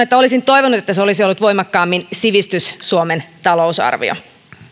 että olisin toivonut että se olisi ollut voimakkaammin sivistys suomen talousarvio